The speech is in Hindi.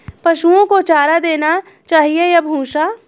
पशुओं को चारा देना चाहिए या भूसा?